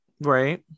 Right